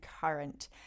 current